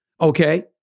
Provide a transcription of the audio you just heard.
Okay